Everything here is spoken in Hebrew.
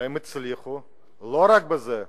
והן הצליחו לא רק בזה,